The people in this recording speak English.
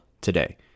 today